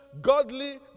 godly